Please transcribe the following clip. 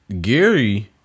Gary